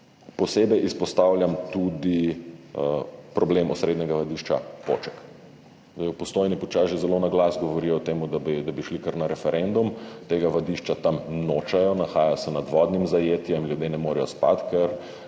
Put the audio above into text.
posebej izpostavljam tudi problem osrednjega vadišča Poček. V Postojni počasi že zelo na glas govorijo o tem, da bi šli kar na referendum. Tega vadišča tam nočejo. Nahaja se nad vodnim zajetjem, ljudje ne morejo spati, ker